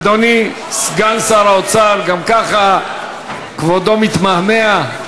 אדוני סגן שר האוצר, גם ככה כבודו מתמהמה.